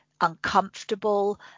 uncomfortable